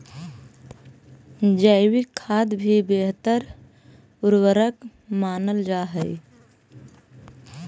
जैविक खाद भी बेहतर उर्वरक मानल जा हई